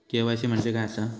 KYC म्हणजे काय आसा?